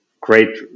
great